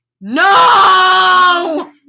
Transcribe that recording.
No